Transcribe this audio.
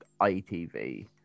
ITV